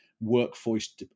workforce